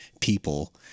people